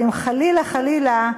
ואם חלילה חלילה,